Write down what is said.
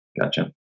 Gotcha